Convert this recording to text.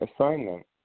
assignment